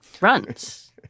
runs